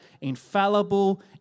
infallible